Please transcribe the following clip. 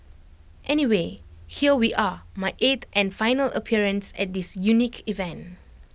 anyway here we are my eighth and final appearance at this unique event